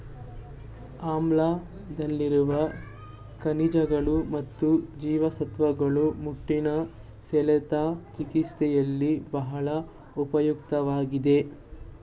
ಆಮ್ಲಾದಲ್ಲಿರುವ ಖನಿಜಗಳು ಮತ್ತು ಜೀವಸತ್ವಗಳು ಮುಟ್ಟಿನ ಸೆಳೆತ ಚಿಕಿತ್ಸೆಯಲ್ಲಿ ಬಹಳ ಉಪಯುಕ್ತವಾಗಯ್ತೆ